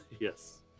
Yes